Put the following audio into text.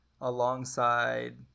alongside